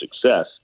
success